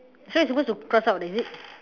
so you are supposed to cross out is it